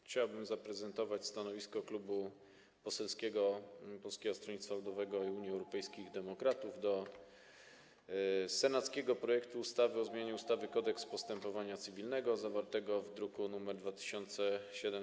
Chciałbym zaprezentować stanowisko Klubu Poselskiego Polskiego Stronnictwa Ludowego - Unii Europejskich Demokratów co do senackiego projektu ustawy o zmianie ustawy Kodeks postępowania cywilnego, zawartego w druku nr 2769.